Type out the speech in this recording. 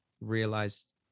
realized